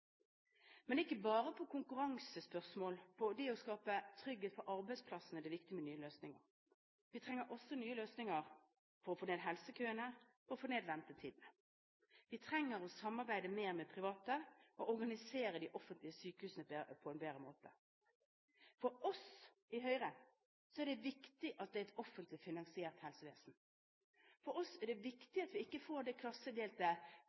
Men det er ikke bare i konkurransespørsmål, om det å skape trygghet for arbeidsplassene, at det er viktig med nye løsninger. Vi trenger også nye løsninger for å få ned helsekøene, for å få ned ventetidene. Vi trenger å samarbeide mer med private og organisere de offentlige sykehusene på en bedre måte. For oss i Høyre er det viktig at det er et offentlig finansiert helsevesen. For oss er det viktig at vi ikke får det klassedelte